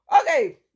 Okay